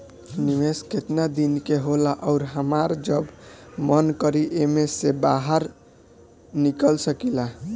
निवेस केतना दिन के होला अउर हमार जब मन करि एमे से बहार निकल सकिला?